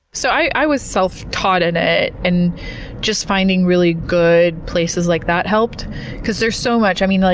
so, i was self-taught at it and just finding really good places like that helped because there's so much. i mean, like